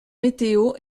météo